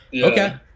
Okay